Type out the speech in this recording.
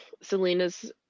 Selena's